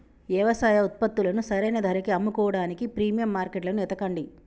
యవసాయ ఉత్పత్తులను సరైన ధరకి అమ్ముకోడానికి ప్రీమియం మార్కెట్లను ఎతకండి